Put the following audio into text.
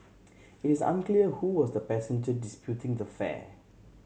it is unclear who was the passenger disputing the fare